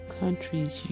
countries